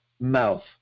mouth